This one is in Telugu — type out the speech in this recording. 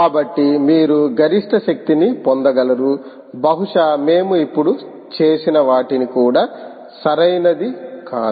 కాబట్టి మీరు గరిష్ట శక్తిని పొందగలరు బహుశా మేము ఇప్పుడు చేసిన వాటిని కూడా సరైనది కాదు